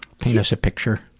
paint us a picture.